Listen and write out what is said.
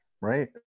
Right